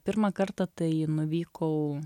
pirmą kartą tai nuvykau